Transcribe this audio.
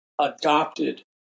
adopted